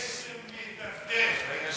"גשם גשם מטפטף" היה שם.